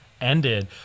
ended